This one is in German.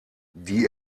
die